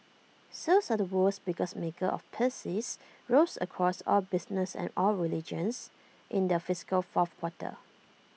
sales at the world's biggest maker of PCs rose across all businesses and all regions in the fiscal fourth quarter